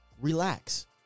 relax